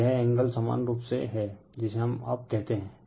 तो यह एंगल समान रूप से हैजिसे हम अब कहते हैं